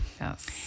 Yes